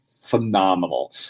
phenomenal